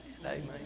Amen